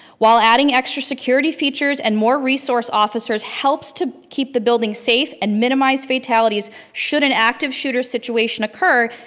while adding extra security features and more resource officers helps to keep the building safe and minimize fatalities should an active shooter situation occur,